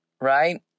right